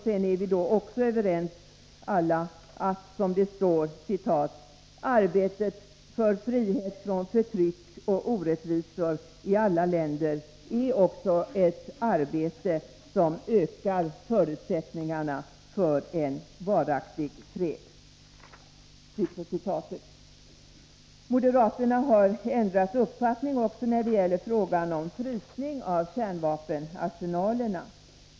Sedan är vi då också alla överens om att, som det står: ”Arbetet för frihet från förtryck och orättvisor i alla länder är också ett arbete som ökar förutsättningarna för en varaktig fred.” Moderaterna har ändrat uppfattning också när det gäller frågan om frysning av kärnvapenarsenalerna.